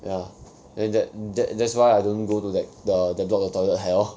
ya then that that that's why I don't go to that the that block the toilet at all